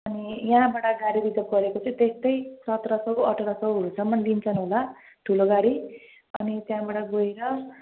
अनि यहाँबाट गाडी रिजर्भ गरेको चाहिँ त्यस्तै सत्र सौ अठार सौहरूसम्म लिन्छन् होला ठुलो गाडी अनि त्यहाँबाट गएर